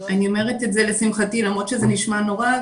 אני אומרת את זה לשמחתי למרות שזה נשמע נורא,